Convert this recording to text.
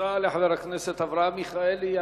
תודה לחבר הכנסת אברהם מיכאלי.